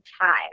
time